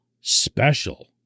special